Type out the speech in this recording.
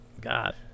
god